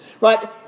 Right